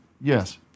Yes